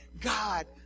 God